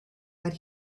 that